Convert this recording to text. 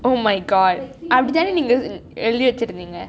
oh my god I'm ~ எழுதி வச்சிருந்தீங்க:ezhuthi vachirunthinka